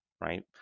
right